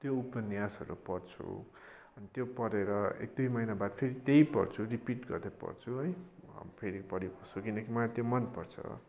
त्यो उपन्यासहरू पढ्छु त्यो पढेर एक दुई महिना बाद फेरि त्यही पढ्छु रिपिट गर्दै पढ्छु है अब फेरि पढ्यो किनकि मलाई त्यो मनपर्छ